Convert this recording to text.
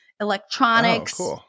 electronics